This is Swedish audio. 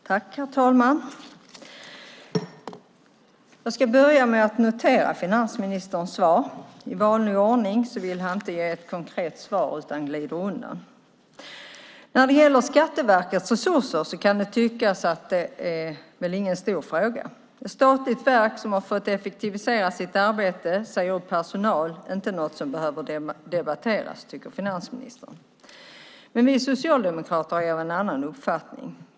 Herr talman! Jag ska börja med att notera finansministerns svar där han i vanlig ordning inte vill ge ett konkret svar utan glider undan. Det kan tyckas att Skatteverkets resurser inte är någon stor fråga. Ett statligt verk som har fått effektivisera sitt arbete och säga upp personal är inte något som behöver debatteras, tycker finansministern. Men vi socialdemokrater är av en annan uppfattning.